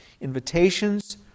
invitations